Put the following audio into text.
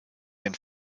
den